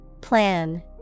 Plan